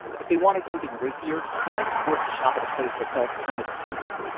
if they wanted something racier, they might be forced to shop at a place that felt kind of seedy.